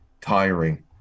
tiring